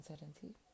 uncertainty